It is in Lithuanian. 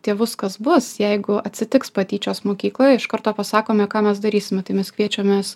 tėvus kas bus jeigu atsitiks patyčios mokykloje iš karto pasakome ką mes darysime tai mes kviečiamės